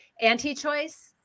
anti-choice